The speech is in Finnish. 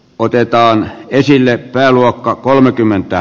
otetaan esille pääluokka kolmekymmentä